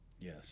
Yes